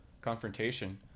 confrontation